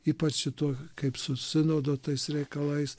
ypač to kaip su sinodo tais reikalais